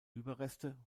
überreste